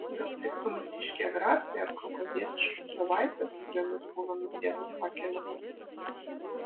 gal tiktų mūsiškiai agrastai ar kaukazietiškos slyvaitės kuriomis būna nusėtos pakelės